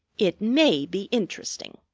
it may be interesting.